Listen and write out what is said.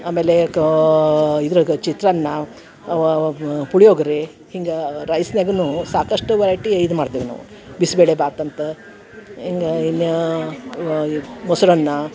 ಆಮೇಲೆ ಕಾ ಇದರಾಗ ಚಿತ್ರಾನ್ನ ಪುಳಿಯೋಗರೆ ಹಿಂಗೆ ರೈಸ್ನ್ಯಾಗೂ ಸಾಕಷ್ಟು ವೆರೈಟಿ ಇದು ಮಾಡ್ತೇವೆ ನಾವು ಬಿಸಿಬೇಳೆ ಭಾತ್ ಅಂತ ಹಿಂಗ ಇನ್ನು ಮೊಸರನ್ನ